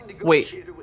wait